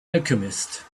alchemist